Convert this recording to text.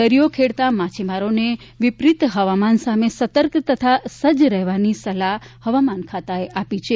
દરિયો ખેડતા માછીમારોને વિપરીત હવામાન સામે સતર્ક તથા સજ્જ રહેવાની સલાહ હવામાન ખાતાએ આપી છે